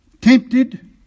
tempted